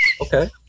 Okay